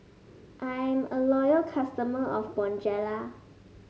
I'm a loyal customer of Bonjela